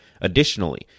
Additionally